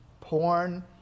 porn